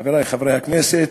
חברי חברי הכנסת,